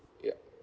yup